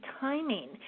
timing